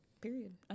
Period